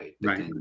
right